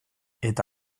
eta